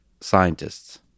scientists